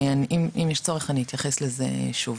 אם יש צורך אתייחס לזה שוב.